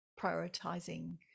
prioritizing